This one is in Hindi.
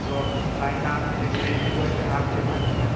तो ऑफ़लाइन आप मेरे डिलीवरी बॉय के हाथ दे सकती हैं